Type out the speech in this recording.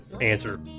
answer